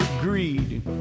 greed